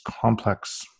complex